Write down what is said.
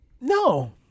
no